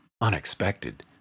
unexpected